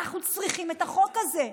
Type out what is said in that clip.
אנחנו צריכים את החוק הזה.